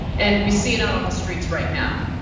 and we see it out on the streets right now.